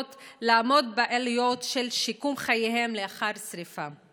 לעמוד בעלויות של שיקום חייהם לאחר שרפה.